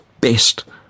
best